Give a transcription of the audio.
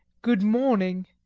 good-morning.